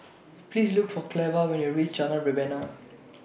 Please Look For Cleva when YOU REACH Jalan Rebana